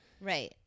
Right